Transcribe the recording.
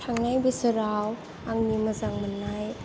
थांनाय बोसोराव आंनि मोजां मोननाय